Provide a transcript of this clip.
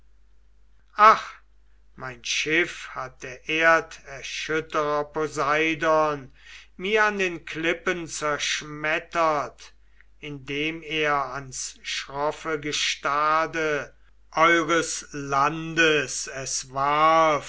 mein schiff hat der erderschütterer poseidaon mir an den klippen zerschmettert indem er ans schroffe gestade eures landes es warf